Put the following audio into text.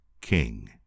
king